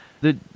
The-